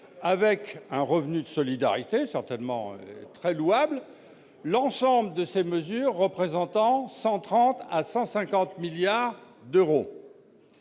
et un revenu de solidarité- mesure certainement très louable -, l'ensemble de ces mesures représentant 130 milliards à 150 milliards d'euros,